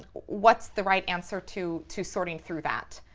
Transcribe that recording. what's the right answer to to sorting through that?